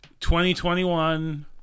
2021